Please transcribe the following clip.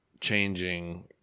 changing